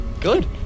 Good